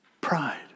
pride